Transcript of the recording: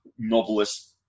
novelist